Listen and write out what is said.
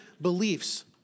beliefs